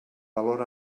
valor